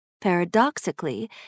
Paradoxically